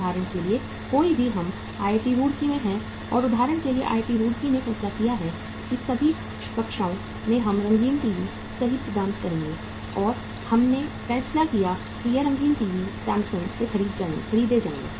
उदाहरण के लिए कोई भी हम IIT रुड़की में हैं और उदाहरण के लिए IIT रुड़की ने फैसला किया है कि सभी कक्षाओं में हम रंगीन टीवी सही प्रदान करेंगे और हमने फैसला किया कि ये रंगीन टीवी सैमसंग से खरीदे जाएंगे